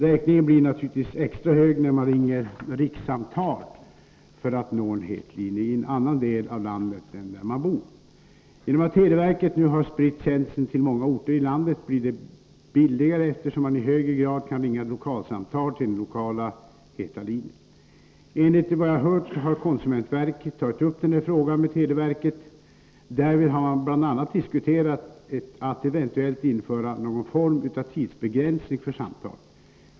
Räkningen blir naturligtvis extra hög när man ringer rikssamtal för att nå en ”het linje” i en annan del av landet än där man bor. Genom att televerket nu har spritt tjänsten till många orter i landet blir det billigare, eftersom man i högre grad kan ringa lokalsamtal till den lokala ”heta linjen”. Enligt vad jag har hört har konsumentverket tagit upp den här frågan med televerket. Därvid har man bl.a. diskuterat att eventuellt införa någon form av tidsbegränsning för samtalen.